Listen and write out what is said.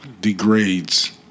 degrades